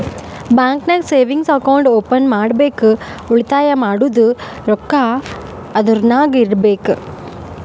bank ನಾಗ್ savings account open ಮಾಡ್ಬೇಕ ಉಳಿತಾಯ ಮಾಡಿದ್ದು ರೊಕ್ಕಾ ಅದುರ್ನಾಗ್ ಇಡಬೇಕ್